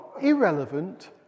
irrelevant